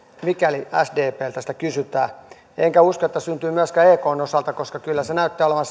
mikäli sdpltä sitä kysytään enkä usko että syntyy myöskään ekn osalta koska kyllä se näyttää olevan